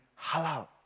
halal